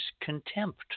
contempt